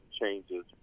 changes